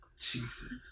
Jesus